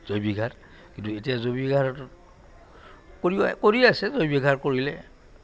জৈৱিক সাৰ কিন্তু এতিয়া জৈৱিক সাৰ কৰি কৰি আছে জৈৱিক সাৰ কৰিলে